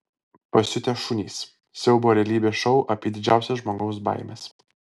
pasiutę šunys siaubo realybės šou apie didžiausias žmogaus baimes